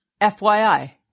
FYI